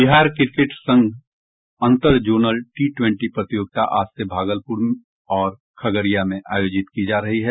Bihar cricket संघ अंतर zonal T twenty प्रतियोगिता आज से भागलपुर और खगड़िया में आयोजित की जा रही है